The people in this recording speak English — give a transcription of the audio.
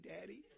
Daddy